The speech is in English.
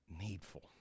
needful